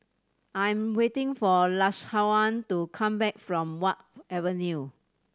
I am waiting for Lashawn to come back from Wharf Avenue